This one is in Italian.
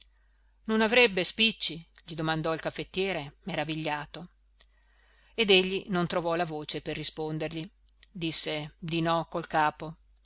non avrebbe spicci gli domandò il caffettiere meravigliato ed egli non trovò la voce per rispondergli disse di no col capo